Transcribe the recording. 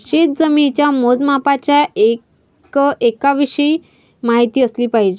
शेतजमिनीच्या मोजमापाच्या एककांविषयी माहिती असली पाहिजे